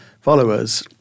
followers